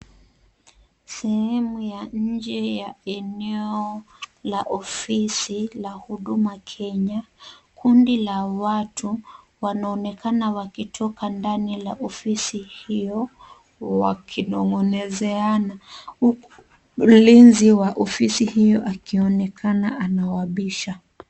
Sehemu ya nje ya eneo la ofisi la huduma Kenya. Kundi la watu wanaonekana wakitoka ndani la ofisi hiyo wakinong'onezeana, huku mlinzi wa ofisi hiyo akionekana anawaapisha.